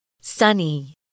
Sunny